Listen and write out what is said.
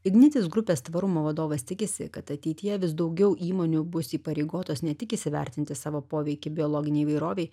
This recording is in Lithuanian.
ignitis grupės tvarumo vadovas tikisi kad ateityje vis daugiau įmonių bus įpareigotos ne tik įsivertinti savo poveikį biologinei įvairovei